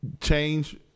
change